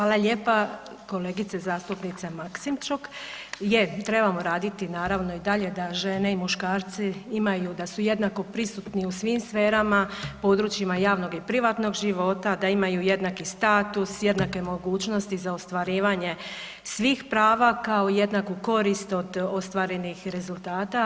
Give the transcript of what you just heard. Hvala lijepa kolegice zastupnice Maksimčuk, je trebamo raditi naravno i dalje da žene i muškarci imaju da su jednako pristupni u svim sferema područjima javnog i privatnog života, da imaju jednaki status, jednake mogućnosti za ostvarivanje svih prava kao i jednaku korist od ostvarenih rezultata.